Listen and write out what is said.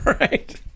right